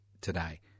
today